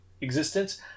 existence